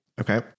okay